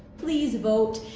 please vote,